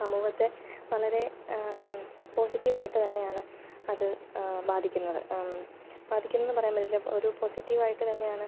സമൂഹത്തെ വളരെ പോസിറ്റീവായിട്ട് തന്നെയാണ് അത് ബാധിക്കുന്നത് ബാധിക്കുന്നതെന്ന് പറയാൻ പറ്റില്ല ഒരു പോസിറ്റീവായിട്ട് തന്നെയാണ്